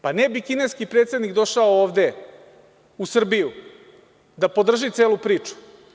Pa, ne bi kineski predsednik došao ovde u Srbiju da podrži celu priču.